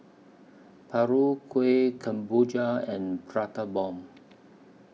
Paru Kueh Kemboja and Prata Bomb